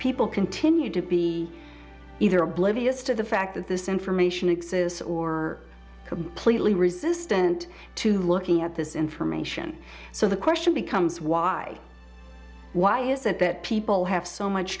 people continue to be either oblivious to the fact that this information exists or completely resistant to looking at this information so the question becomes why why is it that people have so much